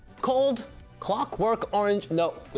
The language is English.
called clockwork orange no,